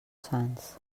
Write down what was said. sants